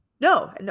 No